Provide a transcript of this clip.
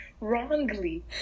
wrongly